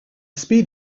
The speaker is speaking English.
speed